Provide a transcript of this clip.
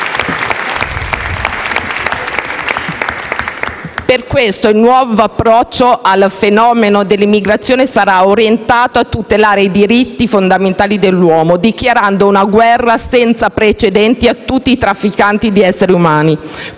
Per questo, il nuovo approccio al fenomeno dell'immigrazione sarà orientato a tutelare i diritti fondamentali dell'uomo, dichiarando una guerra senza precedenti a tutti i trafficanti di esseri umani.